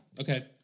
Okay